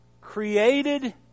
created